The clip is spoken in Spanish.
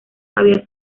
había